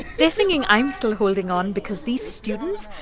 they're singing i'm still holding on because these students,